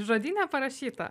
žodyne parašyta